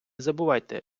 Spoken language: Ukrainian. забувайте